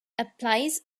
applies